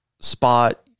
spot